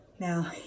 Now